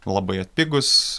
labai atpigus